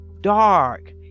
dark